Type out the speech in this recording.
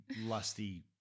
lusty